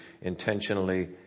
intentionally